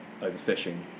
overfishing